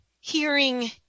hearing